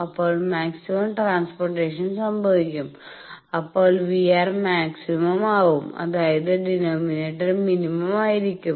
അപ്പോൾ maximum transportation സംഭവിക്കും അപ്പോൾ VR മാക്സിമം ആവും അതായത് ഡിനോമിനേറ്റർ മിനിമം ആയിരിക്കും